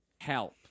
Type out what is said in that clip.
help